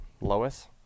Lois